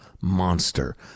monster